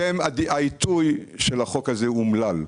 העיתוי של החוק הזה אומלל.